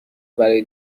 برای